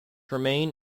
remain